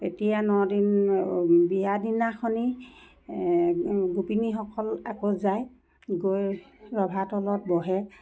তেতিয়া নদিন বিয়া দিনাখনি গোপিনীসকল আকৌ যায় গৈ ৰভাতলত আকৌ বহে